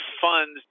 funds